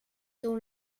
dans